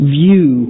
view